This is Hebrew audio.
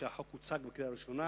כשהחוק הוצג לקריאה ראשונה